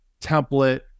template